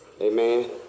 Amen